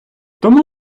тому